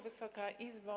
Wysoka Izbo!